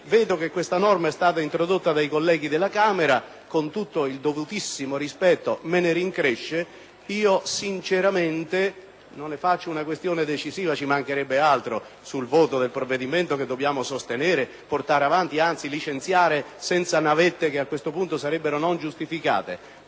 Questa norma è stata introdotta dai colleghi della Camera e con tutto il dovuto rispetto me ne rincresce. Non ne faccio una questione decisiva sul voto del provvedimento che dobbiamo sostenere, portare avanti e anzi licenziare senza navette, che a questo punto sarebbero non giustificate;